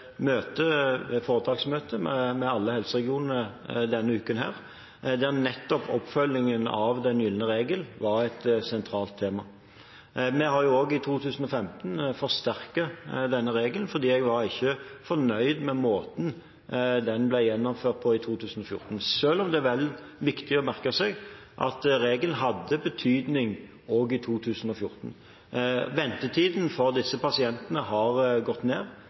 sentralt tema. Vi har også i 2015 forsterket denne regelen, for jeg var ikke fornøyd med måten den ble gjennomført på i 2014 – selv om det er viktig å merke seg at regelen hadde betydning også i 2014. Ventetiden for disse pasientene har gått ned,